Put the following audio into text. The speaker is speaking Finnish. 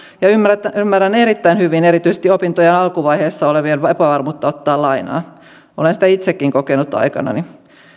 ja ymmärrän erittäin hyvin erityisesti opintojen alkuvaiheessa olevien epävarmuutta ottaa lainaa olen sitä itsekin kokenut aikanani